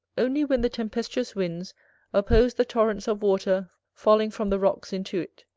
only when the tempestuous winds oppose the torrents of water falling from the rocks into it,